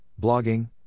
blogging